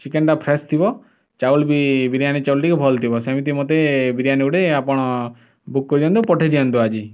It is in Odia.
ଚିକେନଟା ଫ୍ରେଶ୍ ଥିବ ଚାଉଳ ବି ବିରିୟାନୀ ଚାଉଳ ବି ଭଲ ଥିବ ସେମିତି ମୋତେ ବିରିୟାନୀ ଗୋଟେ ଆପଣ ବୁକ୍ କରିଦିଅନ୍ତୁ ପଠାଇ ଦିଅନ୍ତୁ ଆଜି